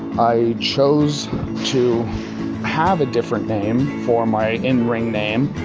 i chose to have a different name for my in-ring name,